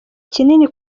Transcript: kinini